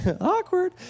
awkward